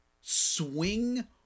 swing